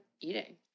eating